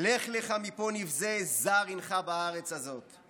'לך לך מפה נבזה: זר הינך בארץ הזאת!'.